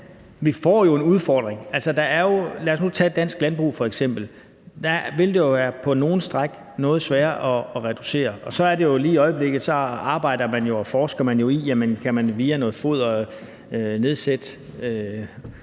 vi får jo en udfordring. Lad os nu tage dansk landbrug f.eks.: Der vil det jo på nogle stræk være noget sværere at reducere. Og lige i øjeblikket arbejder man jo med og forsker i, om man via noget foder kan nedsætte